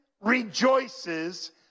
rejoices